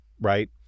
right